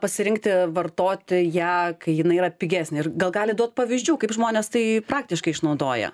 pasirinkti vartoti ją kai jinai yra pigesnė ir gal galit duot pavyzdžių kaip žmonės tai praktiškai išnaudoja